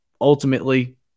Ultimately